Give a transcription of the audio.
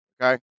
Okay